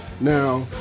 now